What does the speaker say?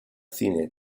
cine